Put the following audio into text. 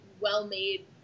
well-made